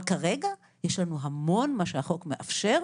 אבל, כרגע, יש לנו המון מה שהחוק מאפשר,